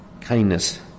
kindness